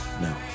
No